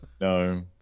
no